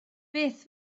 beth